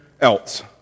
else